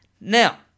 now